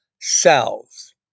cells